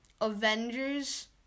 avengers